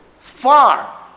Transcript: far